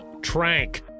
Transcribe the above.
Trank